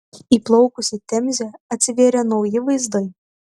įplaukus į temzę atsivėrė nauji vaizdai